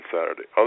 Saturday